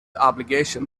obligation